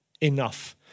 enough